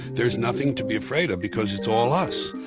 there's nothing to be afraid of because it's all us.